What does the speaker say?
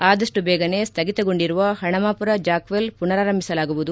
ಆದಷ್ಟು ಬೇಗನೆ ಸ್ಟಗಿತಗೊಂಡಿರುವ ಹಣಮಾಪುರ ಜಾಕವೆಲ್ ಪುನರಾರಂಭಿಸಲಾಗುವುದು